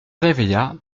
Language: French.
réveilla